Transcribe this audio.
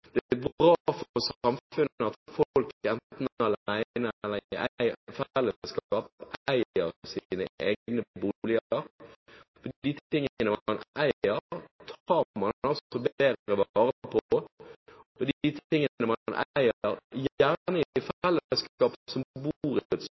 Det er bra for samfunnet at folk enten alene eller i felleskap eier sine egne boliger. De tingene man eier, tar man altså bedre vare på, og de tingene man